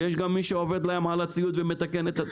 ויש גם את מי שעובד להם על הציוד ומתקן אותו.